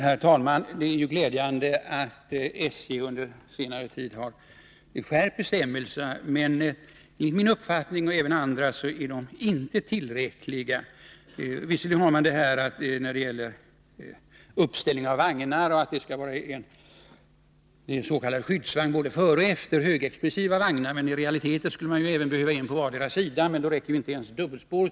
Herr talman! Det är ju glädjande att SJ under senare tid har skärpt bestämmelserna, men enligt min och även andras uppfattning är de inte tillräckliga. När det gäller uppställning av vagnar finns det visserligen regler om att en s.k. skyddsvagn skall finnas både före och efter en vagn med högsexplosiv last, men i realiteten skulle det behövas en på vardera sidan också. Då räcker det inte ens med dubbelspår.